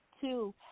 Two